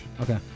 Okay